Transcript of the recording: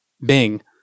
Bing